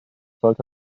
sollte